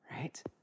right